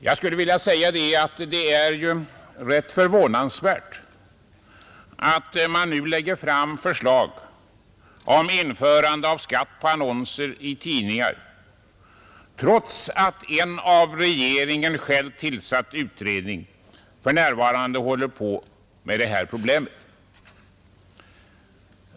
Jag skulle vilja säga att det är rätt förvånansvärt att man nu lägger fram förslag om införande av en skatt på annonser i tidningar, trots att en av regeringen själv tillsatt utredning för närvarande arbetar med detta problem.